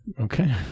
okay